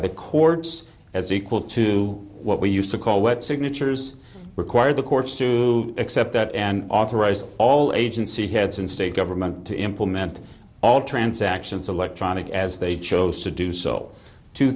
the courts as equal to what we used to call what signatures required the courts to accept that and authorized all agency heads in state government to implement all transactions electronic as they chose to do so two